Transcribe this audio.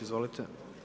Izvolite.